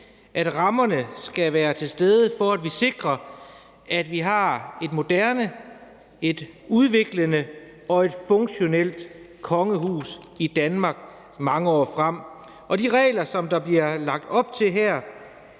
at rammerne skal være til stede for, at vi sikrer, at vi har et moderne, et udviklende og et funktionelt kongehus i Danmark mange år frem. De regler, som der bliver lagt op til med